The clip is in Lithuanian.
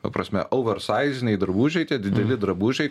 ta prasme oversaiziniai drabužiai tie dideli drabužiai